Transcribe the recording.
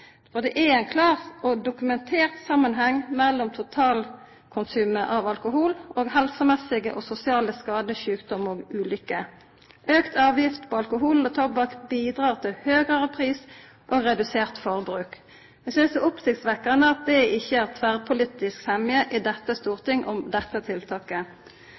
For det er ein klar og dokumentert samanheng mellom totalkonsumet av alkohol og helsemessige og sosiale skadar, sjukdom og ulykker. Auka avgifter på alkohol og tobakk bidreg til høgare prisar og redusert forbruk. Eg synest det er oppsiktsvekkjande at det ikkje er tverrpolitisk semje i dette storting om dette tiltaket.